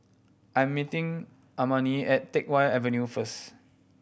I'm meeting Amani at Teck Whye Avenue first